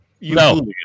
no